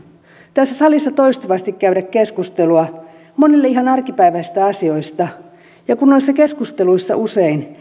tässä salissa toistuvasti käydä keskustelua monille ihan arkipäiväisistä asioista ja noissa keskusteluissa usein